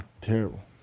terrible